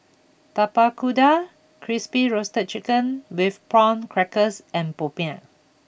Tapak Kuda Crispy Roasted Chicken with Prawn Crackers and Popiah